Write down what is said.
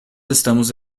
estamos